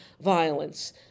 violence